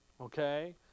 Okay